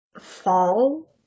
fall-